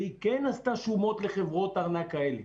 והיא כן עשתה שומות לחברות ארנק כאלה.